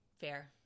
Fair